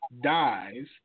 dies